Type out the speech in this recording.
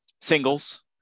Singles